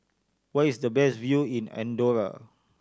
where is the best view in Andorra